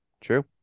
True